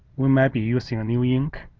we may be using new ink,